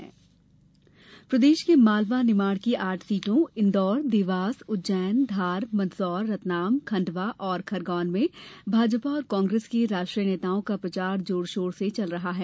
चुनाव प्रचार प्रदेश प्रदेश के मालवा निमाड़ की आठ सीटों इंदौर देवास उज्जैन धार मंदसौर रतलाम खंडवा और खरगौन में भाजपा और कांग्रेस के राष्ट्रीय नेताओं का प्रचार जोर षोर से चल रहा है